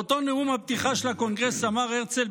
באותו נאום פתיחה של הקונגרס אמר הרצל,